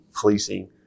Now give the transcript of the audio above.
policing